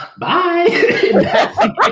bye